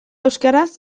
euskaraz